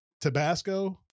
Tabasco